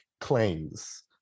claims